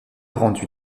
rendu